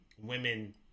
women